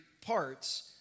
parts